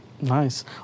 Nice